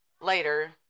later